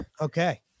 Okay